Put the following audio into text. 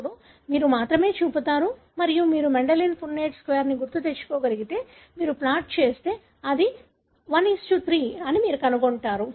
అప్పుడు మీరు మాత్రమే చూపుతారు మరియు మీరు మెండెలియన్ పున్నెట్ స్క్వేర్ను గుర్తుకు తెచ్చుకోగలిగితే మీరు ప్లాట్ చేస్తే అది 1 3 అని మీరు కనుగొంటారు